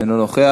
אינו נוכח.